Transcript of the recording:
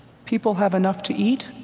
people have enough to eat,